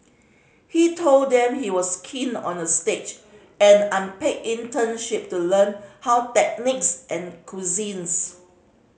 he told them he was keen on a stage an unpaid internship to learn how techniques and cuisines